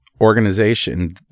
organization